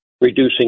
reducing